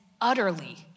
utterly